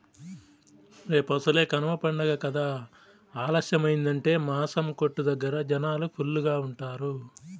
రేపసలే కనమ పండగ కదా ఆలస్యమయ్యిందంటే మాసం కొట్టు దగ్గర జనాలు ఫుల్లుగా ఉంటారు